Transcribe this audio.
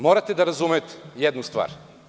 Morate da razumete jednu stvar.